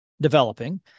developing